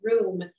room